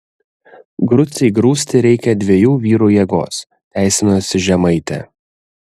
grucei grūsti reikia dviejų vyrų jėgos teisinosi žemaitė